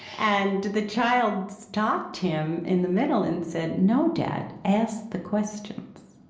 and the child stopped him in the middle and said, no, dad, ask the questions.